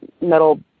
metal